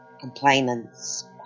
complainants